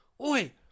Oi